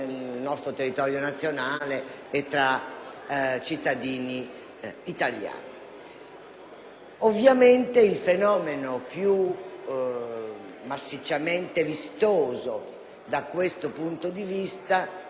italiani. Il fenomeno più massicciamente vistoso da questo punto di vista è quello relativo alla tratta degli esseri umani